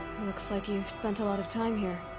looks like you've spent a lot of time here.